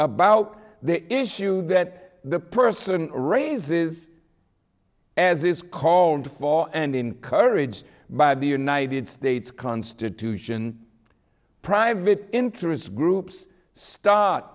about the issues that the person raises as it's called for and encouraged by the united states constitution private interest groups st